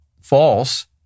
false